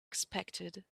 expected